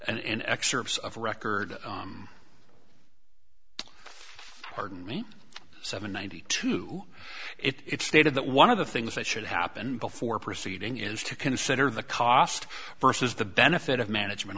and excerpts of record pardon me seven ninety two it stated that one of the things that should happen before proceeding is to consider the cost versus the benefit of management